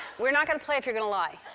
we're not gonna play if you're gonna lie.